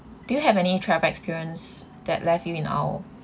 do you have any travel experience that left you in awe